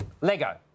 Lego